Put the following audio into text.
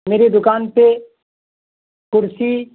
میری دکان پہ کرسی